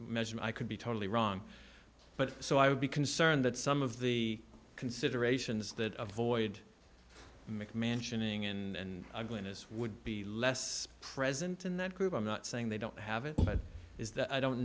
measure i could be totally wrong but so i would be concerned that some of the considerations that a void mcmansion ing and glynnis would be less present in that group i'm not saying they don't have it but is that i don't